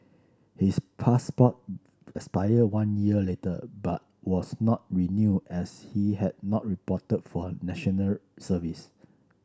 his passport expired one year later but was not renew as he had not reported for National Service